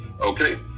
Okay